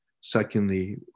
secondly